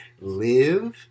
live